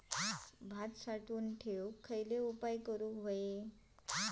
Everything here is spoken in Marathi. भात साठवून ठेवूक खयचे उपाय करूक व्हये?